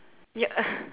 ya uh